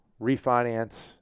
refinance